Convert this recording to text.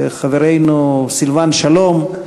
חברנו סילבן שלום,